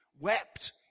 wept